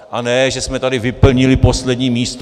A ne že jsme tady vyplnili poslední místo.